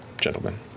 gentlemen